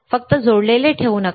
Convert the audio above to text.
फक्त जोडलेले ठेवू नका